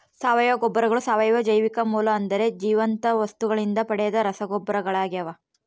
ಸಾವಯವ ಗೊಬ್ಬರಗಳು ಸಾವಯವ ಜೈವಿಕ ಮೂಲ ಅಂದರೆ ಜೀವಂತ ವಸ್ತುಗಳಿಂದ ಪಡೆದ ರಸಗೊಬ್ಬರಗಳಾಗ್ಯವ